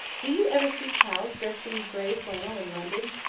do you ever see cows dressed in grey flannel in london?